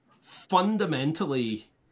fundamentally